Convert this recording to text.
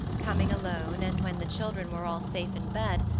coming alone, and when the children were all safe in bed,